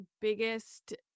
biggest